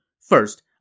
First